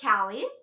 Callie